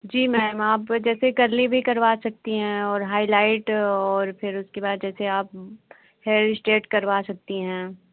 जी ma'am आप जैसे curly भी करवा सकती हैं और हाईलाइट और फिर उसके बाद जैसे आप हेयर स्ट्रेट करवा सकती हैं